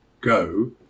go